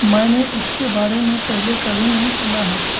मैंने इसके बारे में पहले कभी नहीं सुना है